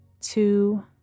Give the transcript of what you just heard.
Two